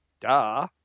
Duh